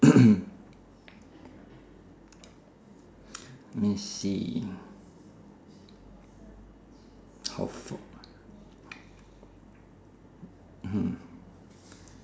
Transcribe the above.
let me see